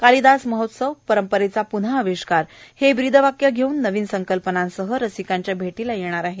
कालिदास महोत्सव परंपरेचा प्न्हा आविष्कार हे ब्रीदवाक्य घेऊन नवीन संकल्पनासह रसिकांच्या भेटीला येत आहे